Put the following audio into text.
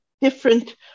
different